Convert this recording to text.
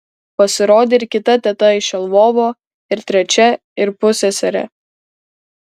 pasirodė ir kita teta iš lvovo ir trečia ir pusseserė